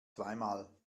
zweimal